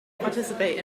participate